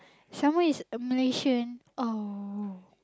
some more it's a Malaysian oh